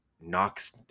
knocks